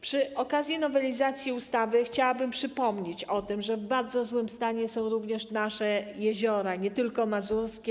Przy okazji nowelizacji ustawy chciałabym przypomnieć o tym, że w bardzo złym stanie są również nasze jeziora, nie tylko mazurskie.